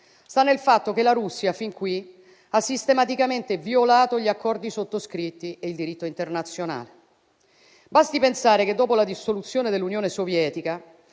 sta nel fatto che fin qui la Russia ha sistematicamente violato gli accordi sottoscritti e il diritto internazionale. Basti pensare che dopo la dissoluzione dell'Unione Sovietica,